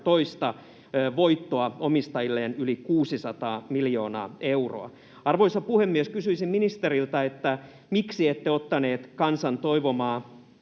voittoa omistajilleen yli 600 miljoonaa euroa. Arvoisa puhemies! Kysyisin ministeriltä: miksi ette ottaneet käyttöön kansan toivomaa